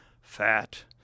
fat